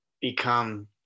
become